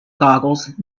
googles